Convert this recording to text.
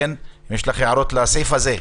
אם יש לך הערות לסעיף הזה.